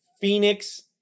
Phoenix